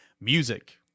music